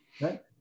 right